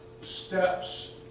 steps